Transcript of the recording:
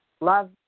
Love